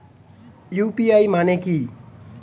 UPI মানে কি?